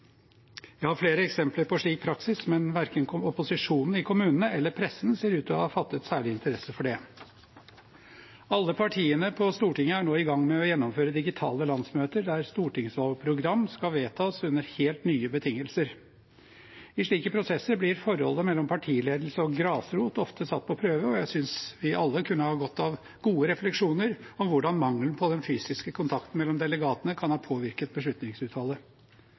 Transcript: Jeg har flere eksempler på slik praksis, men verken opposisjonen i kommunene eller pressen ser ut til å ha fattet særlig interesse for det. Alle partiene på Stortinget er nå i gang med å gjennomføre digitale landsmøter der stortingsvalgprogram skal vedtas under helt nye betingelser. I slike prosesser blir forholdet mellom partiledelse og grasrot ofte satt på prøve, og jeg synes vi alle kunne ha godt av gode refleksjoner over hvordan mangelen på den fysiske kontakten mellom delegatene kan ha påvirket